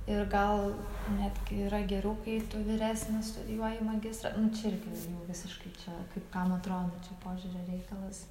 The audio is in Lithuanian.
ir gal netgi yra geriau kai vyresnis studijuoji magistrą čia irgi jau visiškai čia kaip kam atrodo čia požiūrio reikalas